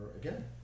again